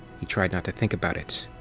he tried not to think about it-you're